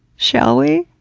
shall we?